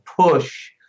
push